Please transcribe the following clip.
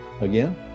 again